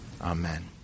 Amen